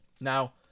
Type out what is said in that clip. now